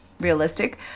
realistic